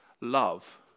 love